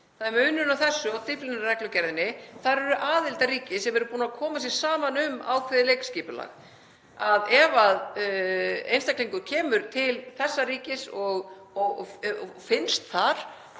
Það er munurinn á þessu og Dyflinnarreglugerðinni að þar eru aðildarríki sem eru búin að koma sér saman um ákveðið leikskipulag: Ef einstaklingur kemur til þessa ríkis og finnst þar,